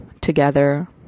together